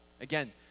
Again